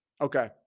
Okay